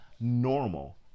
normal